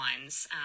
ones